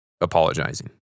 apologizing